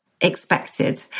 expected